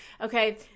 okay